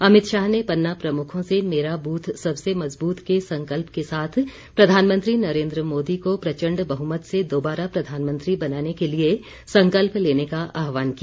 अमित शाह ने पन्ना प्रमुखों से मेरा ब्रथ सबसे मजबूत के संकल्प के साथ प्रधानमंत्री नरेन्द्र मोदी को प्रचण्ड बहुमत से दोबारा प्रधानमंत्री बनाने के लिए संकल्प लेने का आहवान किया